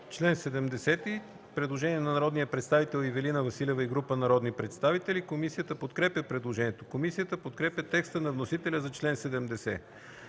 Има предложение от народния представител Ивелина Василева и група народни представители. Комисията подкрепя предложението. Комисията подкрепя текста на вносителя за